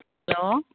hello